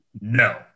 No